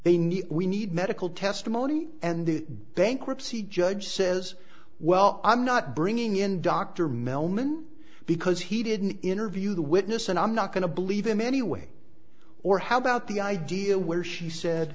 they need we need medical testimony and the bankruptcy judge says well i'm not bringing in dr mellman because he didn't interview the witness and i'm not going to believe him anyway or how about the idea where she said